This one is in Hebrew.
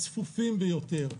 הצפופים ביותר,